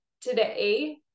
today